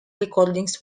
recordings